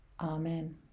Amen